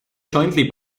jointly